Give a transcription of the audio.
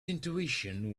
intuition